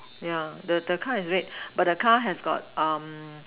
yeah the the car is red but the car has got um